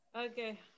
Okay